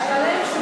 אבל הם,